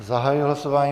Zahajuji hlasování.